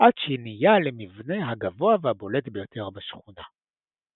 עד שנהייה למבנה הגבוה והבולט ביותר שכונה.